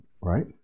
right